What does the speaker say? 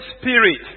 Spirit